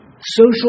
social